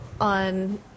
on